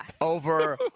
over